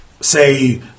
say